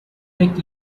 thick